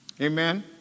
Amen